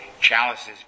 chalices